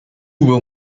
will